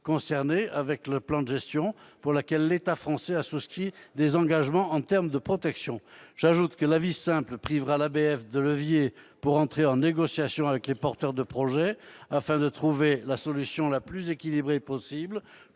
concernés par le plan de gestion aux termes duquel l'État français a souscrit des engagements de protection. J'ajoute que l'avis simple privera l'ABF de leviers pour entrer en négociation avec les porteurs de projet afin de trouver la solution la plus équilibrée possible